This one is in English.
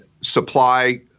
supply